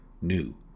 new